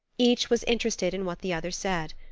each was interested in what the other said.